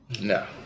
No